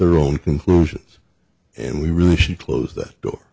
their own conclusions and we really should close that door